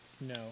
no